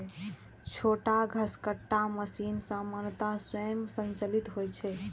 छोट घसकट्टा मशीन सामान्यतः स्वयं संचालित होइ छै